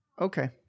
Okay